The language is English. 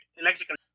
electrical